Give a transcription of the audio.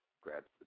grabs